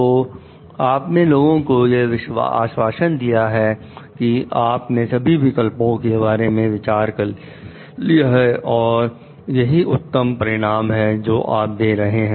और आपने लोगों को यह आश्वासन दिया है कि आप ने सभी विकल्पों के बारे मे विचार कर लिया है और यही उत्तम परिणाम है जो आप दे रहे हैं